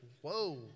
Whoa